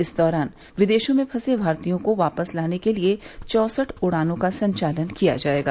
इस दौरान विदेशों में फंसे भारतीयों को वापस लाने के लिए चौसठ उड़ानों का संचालन किया जाएगा